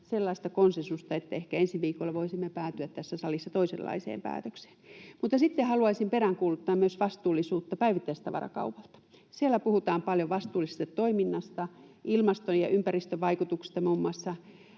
sellaista konsensusta, että ehkä ensi viikolla voisimme päätyä tässä salissa toisenlaiseen päätökseen. Sitten haluaisin peräänkuuluttaa myös vastuullisuutta päivittäistavarakaupalta. Siellä puhutaan paljon vastuullisesta toiminnasta, ilmasto- ja ympäristövaikutuksista muun